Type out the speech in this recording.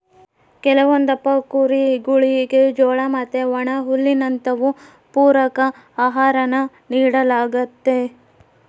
ಕೆಲವೊಂದಪ್ಪ ಕುರಿಗುಳಿಗೆ ಜೋಳ ಮತ್ತೆ ಒಣಹುಲ್ಲಿನಂತವು ಪೂರಕ ಆಹಾರಾನ ನೀಡಲಾಗ್ತತೆ